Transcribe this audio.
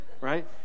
right